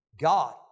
God